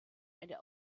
eine